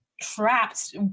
trapped